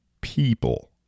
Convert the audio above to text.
people